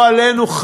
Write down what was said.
לא עלינו,